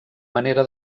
manera